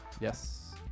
Yes